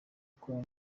gukora